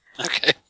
Okay